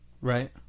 Right